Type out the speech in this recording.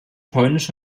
polnisch